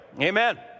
Amen